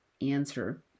answer